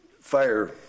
fire